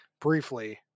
briefly